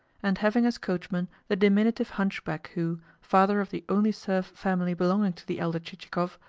and having as coachman the diminutive hunchback who, father of the only serf family belonging to the elder chichikov,